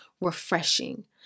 refreshing